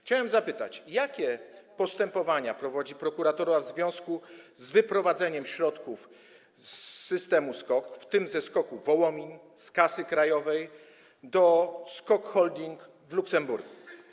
Chciałem zapytać, jakie postępowania prowadzi prokuratura w związku z wyprowadzeniem środków z systemu SKOK, w tym ze SKOK-u Wołomin, z Kasy Krajowej do SKOK Holding w Luksemburgu.